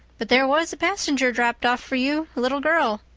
but there was a passenger dropped off for you a little girl.